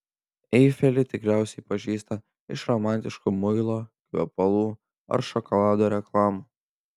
eifelį tikriausiai pažįsta iš romantiškų muilo kvepalų ar šokolado reklamų